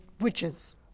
witches